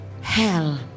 hell